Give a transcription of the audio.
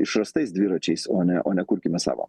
išrastais dviračiais o ne o nekurkime savo